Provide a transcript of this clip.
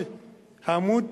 עמוד